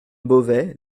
beauvais